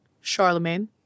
Charlemagne